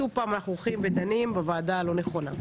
שוב פעם אנחנו הולכים ודנים בוועדה הלא נכונה.